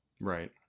right